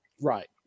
Right